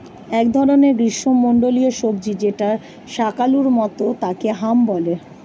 এক ধরনের গ্রীষ্মমন্ডলীয় সবজি যেটা শাকালু মতো তাকে হাম বলে